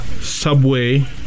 Subway